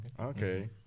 Okay